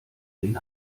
den